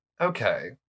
okay